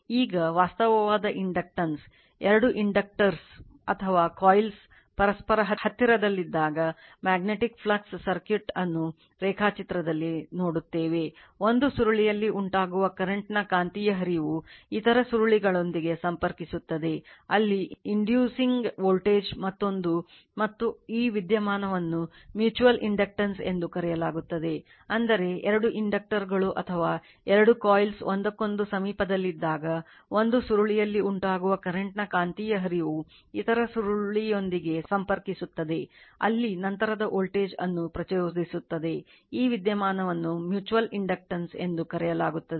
ಈಗ ವಾಸ್ತವವಾದ inductance ಎರಡು inductors ಒಂದಕ್ಕೊಂದು ಸಮೀಪದಲ್ಲಿದ್ದಾಗ ಒಂದು ಸುರುಳಿಯಲ್ಲಿ ಉಂಟಾಗುವ ಕರೆಂಟ್ ನ ಕಾಂತೀಯ ಹರಿವು ಇತರ ಸುರುಳಿಯೊಂದಿಗೆ ಸಂಪರ್ಕಿಸುತ್ತದೆ ಅಲ್ಲಿ ನಂತರದ ವೋಲ್ಟೇಜ್ ಅನ್ನು ಪ್ರಚೋದಿಸುತ್ತದೆ ಈ ವಿದ್ಯಮಾನವನ್ನು mutual inductance ಎಂದು ಕರೆಯಲಾಗುತ್ತದೆ